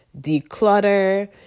declutter